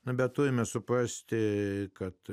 bet turime suprasti kad